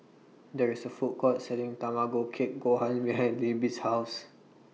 There IS A Food Court Selling Tamago Kake Gohan behind Libby's House